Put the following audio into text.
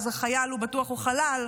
אז חייל הוא בטוח חלל,